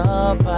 up